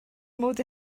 modd